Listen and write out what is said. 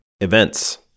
Events